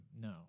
No